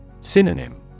Synonym